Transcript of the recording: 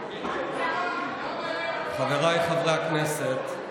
חבריי חברי הכנסת,